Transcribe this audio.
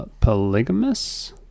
polygamous